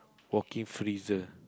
Walking freezer